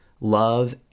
love